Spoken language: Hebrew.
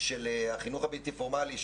של החינוך הבלתי פורמאלי,